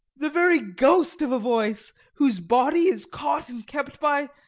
the very ghost of a voice, whose body is caught and kept by.